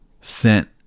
sent